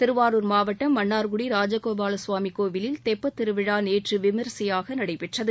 திருவாரூர் மாவட்டம் மன்னார்குடி ராஜகோபாலஸ்வாமி கோயிலில் தெப்பத்திருவிழா நேற்று விமரிசையாக நடைபெற்றது